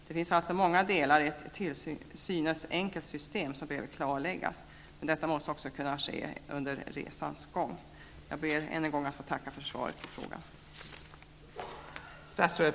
Det är alltså många delar i ett till synes enkelt system som behöver klarläggas. Men detta måste också kunna ske under resans gång. Jag ber ännu en gång att få tacka för svaret.